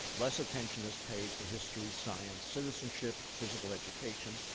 less attention is paid to history, science, citizenship, physical education,